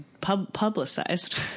publicized